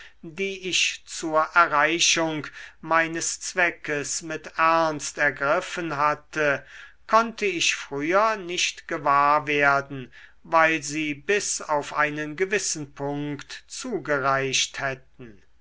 die ich zur erreichung meines zweckes mit ernst ergriffen hatte konnte ich früher nicht gewahr werden weil sie bis auf einen gewissen punkt zugereicht hätten